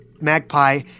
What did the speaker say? Magpie